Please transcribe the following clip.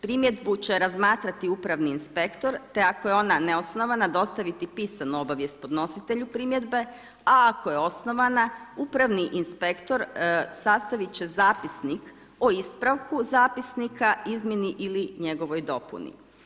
Primjedbu će razmatrati upravni inspektor, te ako je ona neosnovana dostaviti pisanu obavijesti podnositelju primjedbe, a ako je osnovana upravni inspektor sastavit će zapisnik o ispravku zapisnika, izmjeni ili njegovoj dopuni.